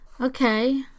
Okay